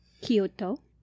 Kyoto